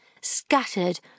scattered